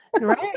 Right